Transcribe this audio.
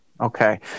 Okay